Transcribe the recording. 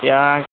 এতিয়া